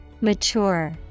Mature